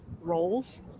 roles